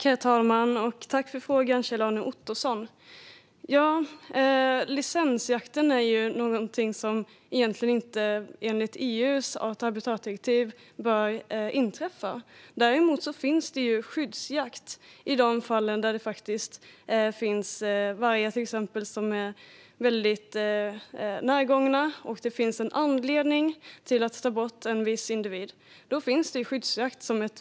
Herr talman! Licensjakten är ju någonting som enligt EU:s art och habitatdirektiv egentligen inte bör inträffa. Däremot finns skyddsjakt som ett verktyg i de fall där det är vargar som är väldigt närgångna och det finns anledning att ta bort en viss individ.